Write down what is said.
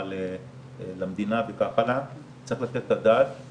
החליטה לגבי זה שהיא מעוניינת לעשות צוות ייעודי לטובת הנושא הזה